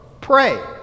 Pray